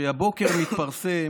כשהבוקר מתפרסם: